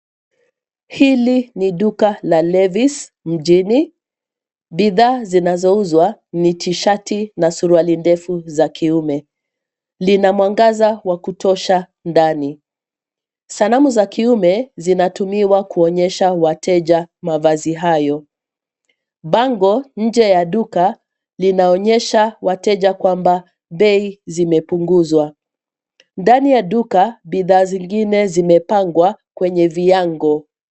Hili ni duka la Levis mjini, bidhaa zinazouzwa, ni tishati na suruali ndefu za kiume, lina mwangaza wa kutosha ndani, sanamu za kiume zinatumiwa kuonyesha wateja mavazi hayo, bango, nje ya duka, linaonyesha wateja kwamba, bei, zimepunguzwa, ndani ya duka, bidhaazingine zimepangwa, kwenye viango.